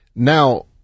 Now